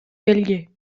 белги